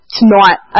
tonight